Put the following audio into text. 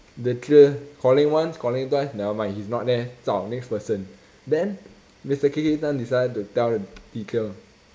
lecturer calling once calling twice nevermind he is not there zao next person then mister K K tan decided to tell the teacher